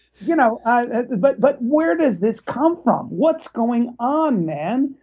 you know but but where does this come from? what's going on man?